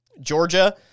Georgia